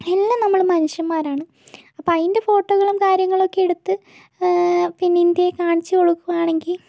എല്ലാം നമ്മള് മനുഷ്യന്മാരാണ് അപ്പോൾ അതിൻ്റെ ഫോട്ടോകളും കാര്യങ്ങളൊക്കെ എടുത്ത് പിന്നെ ഇന്ത്യയെ കാണിച്ചു കൊടുക്കുവാണെങ്കിൽ